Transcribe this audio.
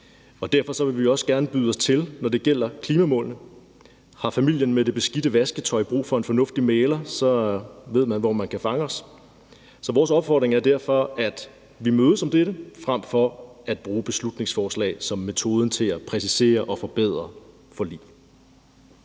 og derfor vil vi også gerne byde os til, når det gælder klimamålene. Har familien med det beskidte vasketøj brug for en fornuftig mægler, så ved man, hvor man kan fange os. Så vores opfordring er derfor, at vi mødes om dette frem for at bruge beslutningsforslag som metoden til at præcisere og forbedre forlig.